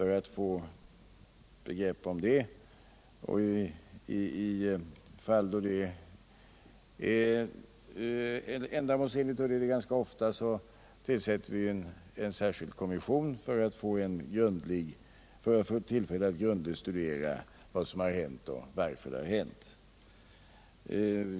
I fall då det är ändamålsenligt — och det är det ganska ofta — tillsätter vi en särskild kommission för att få tillfälle att grundligt studera vad som har hänt och varför det har hänt.